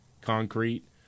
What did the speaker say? concrete